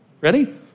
Ready